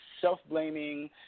self-blaming